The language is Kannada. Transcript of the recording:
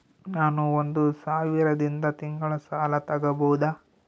ನಾನು ಒಂದು ಸಾವಿರದಿಂದ ತಿಂಗಳ ಸಾಲ ತಗಬಹುದಾ?